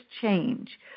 change